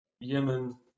Yemen